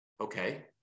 Okay